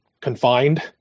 confined